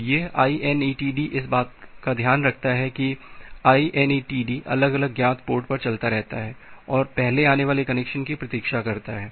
तो यह inetd इस बात का ध्यान रखता है कि inetd अलग अलग ज्ञात पोर्ट पर चलता रहता है और पहले आने वाले कनेक्शन की प्रतीक्षा करता है